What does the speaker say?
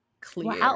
clear